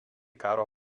karo